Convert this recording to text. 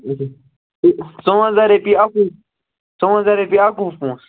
اچھا ژُوَنٛزاہ رۄپیہِ اَکُے ژُوَنٛزاہ رۄپیہِ اَکوُہ پۅنٛسہٕ